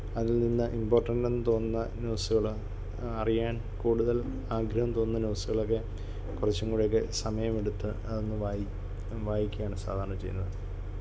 അതിൽനിന്ന് ഇമ്പോർട്ടൻറ് എന്ന് തോന്നുന്ന ന്യൂസുകൾ അറിയാൻ കൂടുതൽ ആഗ്രഹം തോന്നുന്ന ന്യൂസുകൾ ഒക്കെ കുറച്ചും കൂടെ ഒക്കെ സമയം എടുത്ത് അതൊന്ന് വായി വായിക്കുവാണ് സാധാരണ ചെയ്യുന്നത്